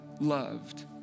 loved